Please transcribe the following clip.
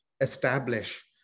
establish